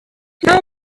how